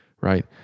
Right